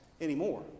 anymore